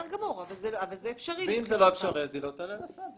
אם זה לא אפשרי, היא לא תעלה על ההסעה.